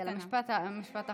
יאללה, משפט אחרון.